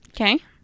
Okay